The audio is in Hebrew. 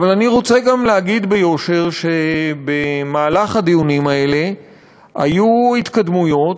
אבל אני רוצה גם להגיד ביושר שבמהלך הדיונים האלה היו התקדמויות.